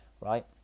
right